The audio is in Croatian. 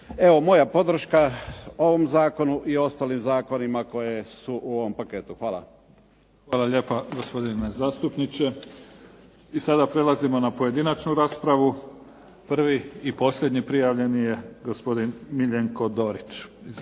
Evo moja podrška ovom zakonu i ostalim zakonima koji su u ovom paketu. Hvala. **Mimica, Neven (SDP)** Hvala lijepa gospodine zastupniče. I sada prelazimo na pojedinačnu raspravu. Prvi i posljednji prijavljeni je gospodin Miljenko Dorić.